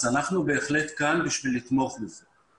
אנחנו בהחלט כאן בשביל לתמוך בזה.